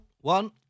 one